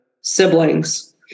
siblings